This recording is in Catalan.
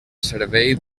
servei